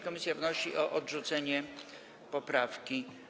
Komisja wnosi o odrzucenie poprawki.